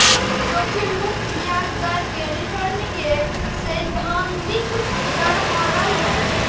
जोखिम मुक्त ब्याज दर कें रिटर्न के सैद्धांतिक दर मानल जाइ छै